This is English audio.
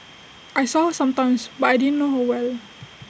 I saw her sometimes but I didn't know her well